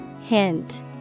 Hint